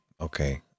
okay